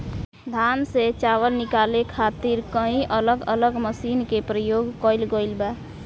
धान से चावल निकाले खातिर कई अलग अलग मशीन के प्रयोग कईल गईल बा